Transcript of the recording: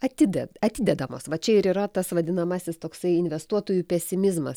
atided atidedamos va čia ir yra tas vadinamasis toksai investuotojų pesimizmas